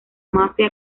mafia